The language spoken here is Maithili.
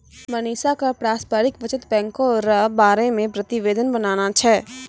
मनीषा क पारस्परिक बचत बैंको र बारे मे प्रतिवेदन बनाना छै